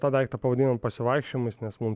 tą daiktą pavadinom pasivaikščiojimais nes mum